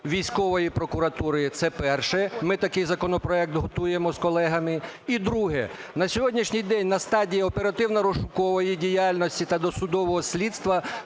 військової прокуратури? Це перше. Ми такий законопроект готуємо з колегами. І друге. На сьогоднішній день на стадії оперативно-розшукової діяльності та досудового слідства